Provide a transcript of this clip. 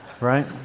right